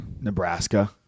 Nebraska